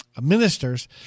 Ministers